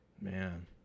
man